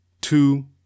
two